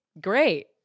great